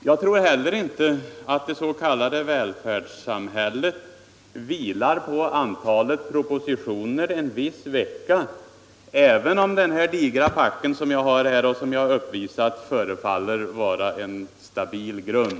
Jag tror heller inte att det s.k. välfärdssamhället vilar på antalet propositioner en viss vecka — även om den digra packe som jag här har visat kan förefalla vara en stabil grund.